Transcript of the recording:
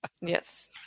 Yes